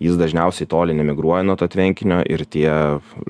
jis dažniausiai toli nemigruoja nuo to tvenkinio ir tie